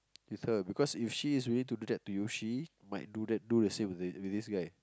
with her because if she is willing to do that to you she might do that do the same with this guy